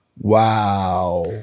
Wow